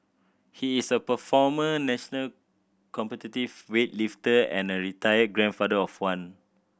he is a performer national competitive weightlifter and a retired grandfather of one